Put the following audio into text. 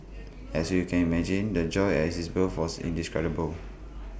as you can imagine the joy at his birth was indescribable